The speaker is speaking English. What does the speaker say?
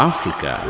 Africa